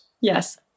Yes